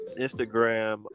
Instagram